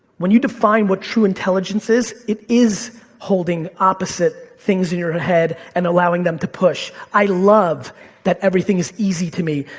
when you define what true intelligence is, it is holding opposite things in your head and allowing them to push. i love that everything is easy to me.